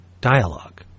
dialogue